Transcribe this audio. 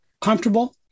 comfortable